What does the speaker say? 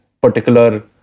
particular